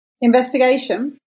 Investigation